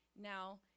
Now